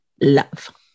love